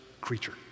creature